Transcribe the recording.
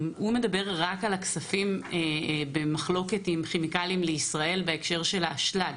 הוא מדבר רק על הכספים שבמחלוקת עם כימיקלים לישראל בהקשר של האשלג.